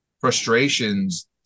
frustrations